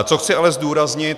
Co chci ale zdůraznit.